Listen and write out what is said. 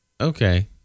okay